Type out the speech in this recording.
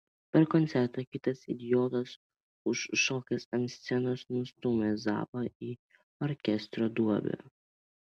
per koncertą kitas idiotas užšokęs ant scenos nustūmė zappą į orkestro duobę